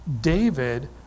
David